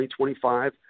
2025